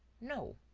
no.